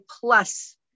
plus